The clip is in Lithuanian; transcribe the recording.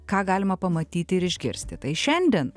ką galima pamatyti ir išgirsti tai šiandien